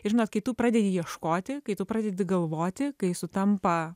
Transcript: ir žinot kai tu pradėti ieškoti kai tu pradedi galvoti kai sutampa